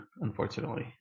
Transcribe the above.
unfortunately